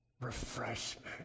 refreshment